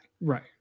Right